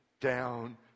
down